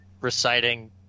reciting